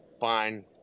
fine